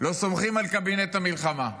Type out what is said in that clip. לא סומכים על קבינט המלחמה,